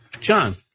John